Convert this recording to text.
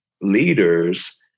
leaders